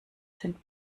sind